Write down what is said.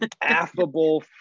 affable